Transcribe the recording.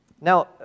Now